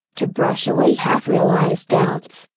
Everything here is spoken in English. to brush away half realized doubts,